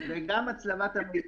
וגם הצלבת המידע.